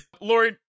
Lori